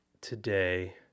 today